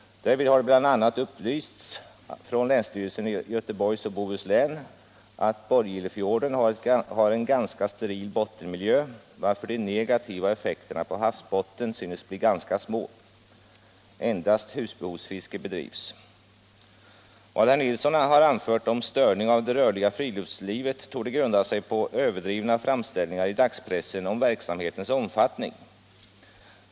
Därvid har det bl.a. upplysts från länsstyrelsen i Göteborgs och Bohus län att Borgilefjorden har en ganska steril bottenmiljö, varför de negativa effekterna på havsbotten synes bli ganska små. Endast husbehovsfiske bedrivs. Vad herr Nilsson har anfört om störning av det rörliga friluftslivet torde grunda sig på överdrivna framställningar i dagspressen om verksamhetens omfattning.